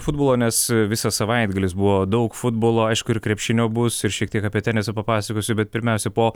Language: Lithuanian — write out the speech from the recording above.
futbolo nes visas savaitgalis buvo daug futbolo aišku ir krepšinio bus ir šiek tiek apie tenisą papasakosiu bet pirmiausia po